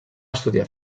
estudiar